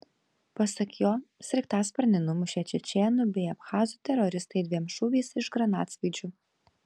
pasak jo sraigtasparnį numušė čečėnų bei abchazų teroristai dviem šūviais iš granatsvaidžių